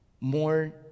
more